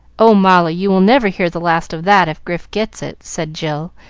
o molly, you will never hear the last of that if grif gets it, said jill,